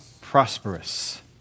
prosperous